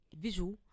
visual